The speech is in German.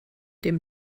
dem